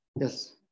yes